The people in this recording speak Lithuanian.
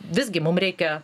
visgi mum reikia